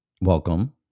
Welcome